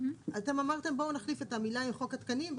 אתם הצעתם להחליף את המילים "חוק התקנים"